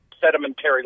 sedimentary